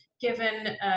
given